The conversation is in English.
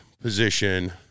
position